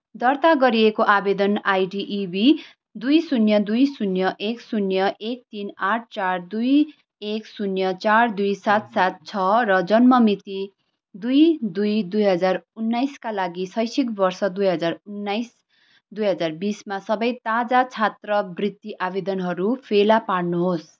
दर्ता गरिएको आवेदन आईडी इबी दुई शून्य दुई शून्य एक शून्य एक तिन आठ चार दुई एक शून्य चार दुई सात सात छ र जन्म मिति दुई दुई दुई हजार उन्नाइसका लागि शैक्षिक वर्ष दुई हजार उन्नाइस दुई हजार बिसमा सबै ताजा छात्रवृत्ति आवेदनहरू फेला पार्नुहोस्